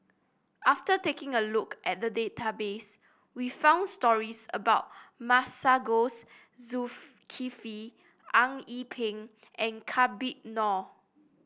after taking a look at the database we found stories about Masagos Zulkifli Eng Yee Peng and Habib Noh